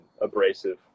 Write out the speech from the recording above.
abrasive